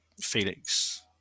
felix